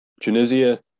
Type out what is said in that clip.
Tunisia